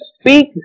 speak